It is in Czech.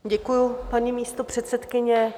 Děkuji, paní místopředsedkyně.